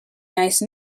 nice